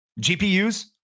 GPUs